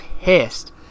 pissed